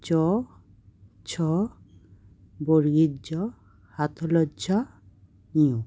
চ ছ বর্গীয় জ ঝ ঞ